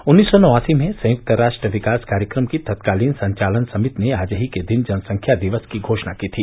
उन्नीस सौ नवासी में संयुक्त राष्ट्र विकास कार्यक्रम की तत्कालीन संचालन समिति ने आज ही के दिन जनसंख्या दिवस की घोषणा की थी